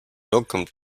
welcome